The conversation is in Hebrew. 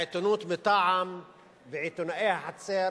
העיתונות מטעם ועיתונאי החצר